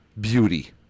Beauty